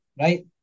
right